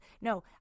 No